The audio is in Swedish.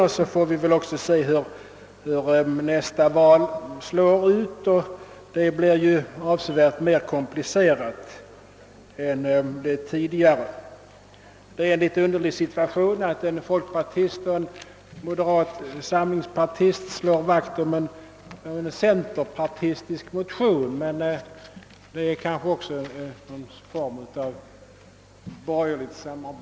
Vi får väl också vänta och se hur nästa val ter sig; det blir ju avsevärt mer komplicerat än de tidigare. Det är en något underlig situation att en folkpartist och en representant för moderata samlingspartiet slår vakt om en centerpartimotion, men det kan väl betraktas som en form av borgerligt samarbete.